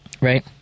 right